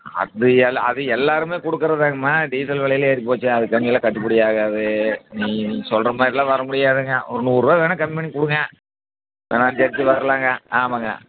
அப்படி எல்லாம் அது எல்லோருமே கொடுக்கறதுதாங்கம்மா டீசல் விலையெல்லாம் ஏறிப்போச்சு அதுக்காண்டிலாம் கட்டுப்படி ஆகாது நீங்கள் நீங்கள் சொல்கிற மாதிரிலாம் வர முடியாதுங்க ஒரு நூறுபா வேணா கம்மி பண்ணி கொடுங்க வேணால் அடுத்து அடுத்து வர்லாங்க ஆமாங்க